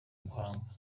ubuhanga